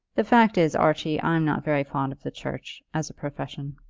the fact is, archie, i'm not very fond of the church, as a profession.